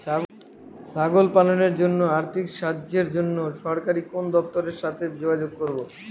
ছাগল পালনের জন্য আর্থিক সাহায্যের জন্য সরকারি কোন দপ্তরের সাথে যোগাযোগ করব?